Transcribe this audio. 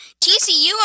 TCU